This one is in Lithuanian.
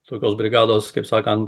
tokios brigados kaip sakant